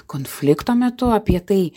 konflikto metu apie tai